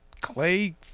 Clay